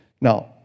Now